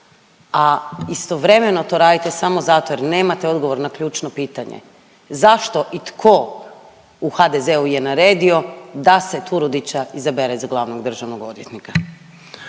a istovremeno to radite samo zato jer nemate odgovor na ključno pitanje, zašto i tko u HDZ-u je naredio da se Turudića izabere za glavnog državnog odvjetnika?